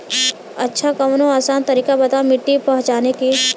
अच्छा कवनो आसान तरीका बतावा मिट्टी पहचाने की?